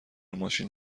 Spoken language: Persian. ماشین